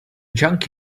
junk